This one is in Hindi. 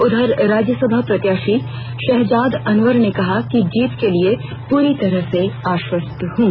उधर राज्यसभा प्रत्याशी शहजादा अनवर ने कहा कि जीत के लिए पूरी तरह से आश्वस्त हूं